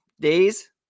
days